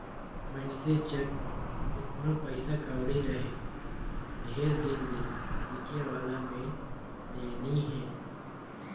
मइनसे जग केतनो पइसा कउड़ी रहें ढेर दिन ले टिके वाला में ले नी हे